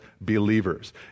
believers